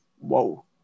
whoa